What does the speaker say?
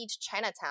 Chinatown